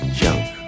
junk